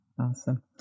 awesome